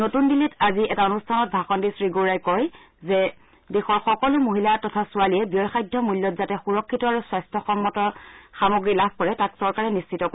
নতুন দিল্লীত আজি এটা অনুষ্ঠানত ভাষণ দি শ্ৰীগোড়াই কয় যে দেশৰ সকলো মহিলা তথা ছোৱালীয়ে ব্যয়সাধ্য মূল্যত যাতে সুৰক্ষিত আৰু স্বাস্থ্যসন্মত সামগ্ৰী লাভ কৰে তাক চৰকাৰে নিশ্চিত কৰিব